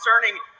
concerning